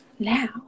Now